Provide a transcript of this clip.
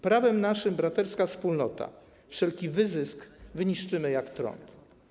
Prawem naszym braterska wspólnota, wszelki wyzysk wyniszczymy jak trąd.